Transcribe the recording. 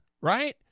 right